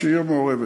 שהיא עיר מעורבת.